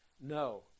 no